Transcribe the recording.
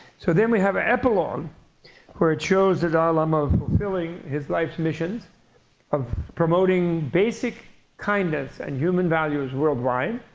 so then we have an epilogue where it shows the dalai lama fulfilling his life's mission of promoting basic kindness and human values worldwide,